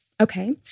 Okay